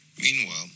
Meanwhile